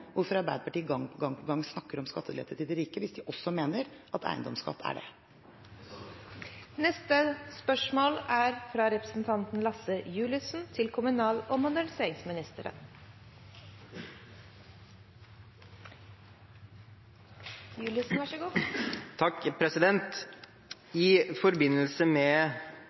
hvorfor Arbeiderpartiet gang på gang snakker om skattelette til de rike, hvis de også mener at eiendomsskatt er det. Jeg sa jo ikke det. «I forbindelse med søknad om skjønnsmidler til dekning av skade på fylkesveger etter flom i